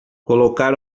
colocar